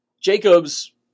Jacobs